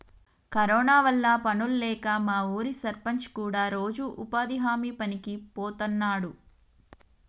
corona వల్ల పనుల్లేక మా ఊరి సర్పంచ్ కూడా రోజూ ఉపాధి హామీ పనికి బోతన్నాడు